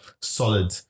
solid